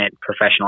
professional